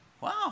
wow